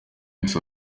wese